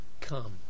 come